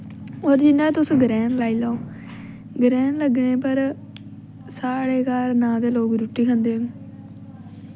होर जियां तुस ग्रैह्न लाई लैओ ग्रैह्न लग्गने पर साढ़े घर ना ते लोग रुट्टी खंदे